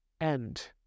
end